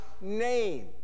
name